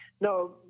No